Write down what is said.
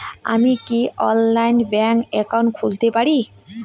আমি কি অনলাইনে ব্যাংক একাউন্ট খুলতে পারি?